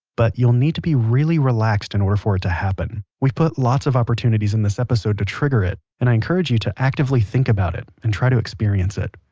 but you'll need to be really relaxed in order for it to happen. we've put lots of opportunities in this episode to trigger it, and i encourage you to actively think about it and try to experience it.